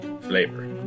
flavor